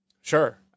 sure